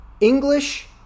English